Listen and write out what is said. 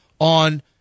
on